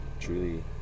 truly